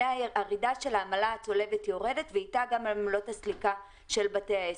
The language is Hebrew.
הירידה של העמלה הצולבת יורדת ואתה גם עמלות הסליקה של בתי העסק.